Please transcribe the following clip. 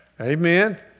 Amen